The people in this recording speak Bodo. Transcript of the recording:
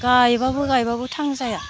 गायब्लाबो गायब्लाबो थांजाया